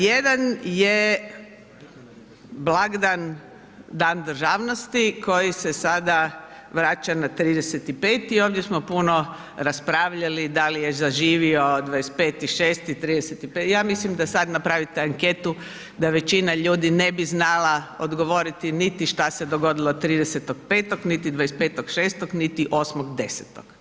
Jedan je blagdan Dan državnosti koji se sada vraća na 30. 5., ovdje smo puno raspravljali da li je zaživio 25. 6., 30. 5., ja mislim da sad napravite anketu, da većina ljudi ne bi znala odgovoriti niti šta se dogodilo 30. 5. niti 25. 6. niti 8. 10.